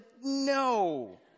no